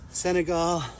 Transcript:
Senegal